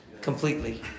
completely